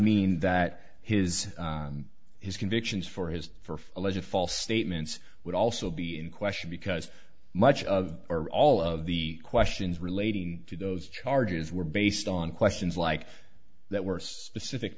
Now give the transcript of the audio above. mean that his his convictions for his for a legit false statements would also be in question because much of or all of the questions relating to those charges were based on questions like that worst specific